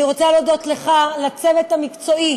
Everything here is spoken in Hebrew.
אני רוצה להודות לך, לצוות המקצועי